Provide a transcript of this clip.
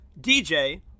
DJ